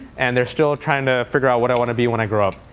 and they're still trying to figure out what i want to be when i grow up.